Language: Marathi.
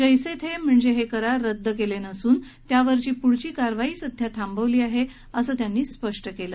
जैसे थे म्हणजे ते रद्द केले नसून त्यावरची प्ढील कार्यवाही सध्या थांबवली आहे असं त्यांनी स्पष्ट केलं